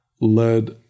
led